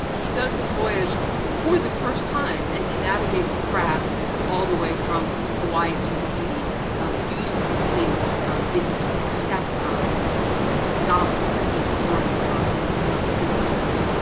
he does this voyage for the first time. and he navigates a craft all the way from hawaii to tahiti using this set of knowledge that he's learned from his elders.